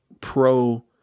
pro